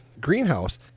greenhouse